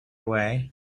away